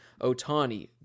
Otani